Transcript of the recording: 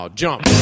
jump